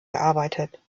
gearbeitet